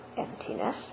emptiness